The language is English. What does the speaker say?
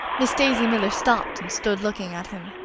miss daisy miller stopped and stood looking at him.